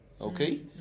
okay